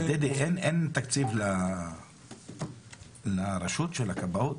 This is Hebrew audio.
דדי, אין תקציב לרשות של הכבאות?